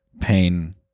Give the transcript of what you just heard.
pain